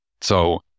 So-